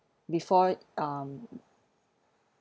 before um